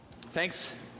thanks